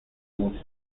música